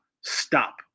Stop